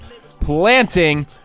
planting